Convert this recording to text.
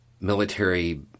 military